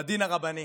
בדין הרבני.